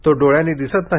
तो डोळ्यांना दिसत नाही